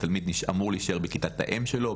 התלמיד אמור להישאר בכיתת האם שלו,